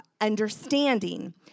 understanding